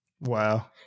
Wow